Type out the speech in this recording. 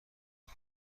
کمک